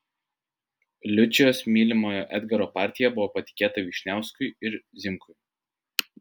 liučijos mylimojo edgaro partija buvo patikėta vyšniauskui ir zimkui